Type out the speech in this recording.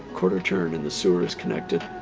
quarter-turn and the sewer is connected.